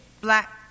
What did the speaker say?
black